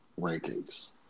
rankings